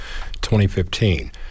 2015